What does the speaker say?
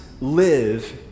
live